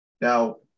now